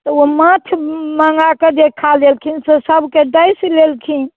ओ माछ मँगा कऽ जे खा लेलखिन से सभकेँ डसि लेलखिन